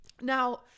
Now